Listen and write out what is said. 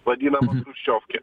vadinama chruščiovkė